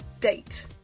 date